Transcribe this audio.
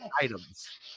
items